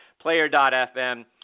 Player.fm